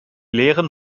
lehren